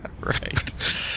Right